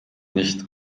nicht